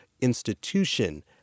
institution